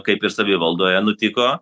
kaip ir savivaldoje nutiko